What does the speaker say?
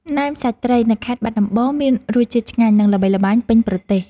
ណែមសាច់ត្រីនៅខេត្តបាត់ដំបង មានរសជាតិឆ្ងាញ់ និងល្បីល្បាញពេញប្រទេស។